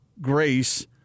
Grace